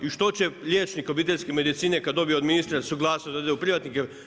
I što će liječnik obiteljske medicine kad dobije od ministra suglasnost da ide u privatnike?